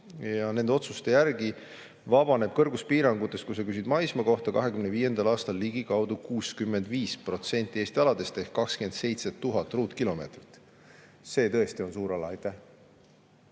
Nende otsuste järgi vabaneb kõrguspiirangutest, kui sa küsid maismaa kohta, 2025. aastal ligikaudu 65% Eesti aladest ehk 27 000 ruutkilomeetrit. See tõesti on suur ala.